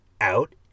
out